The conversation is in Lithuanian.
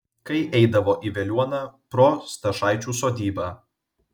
kai eidavo į veliuoną pro stašaičių sodybą